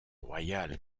royale